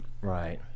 Right